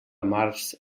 març